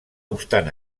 obstant